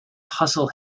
hustle